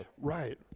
Right